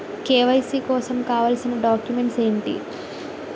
KYC కోసం కావాల్సిన documents ఎంటి?